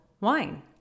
wine